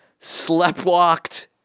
sleptwalked